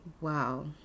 Wow